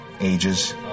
ages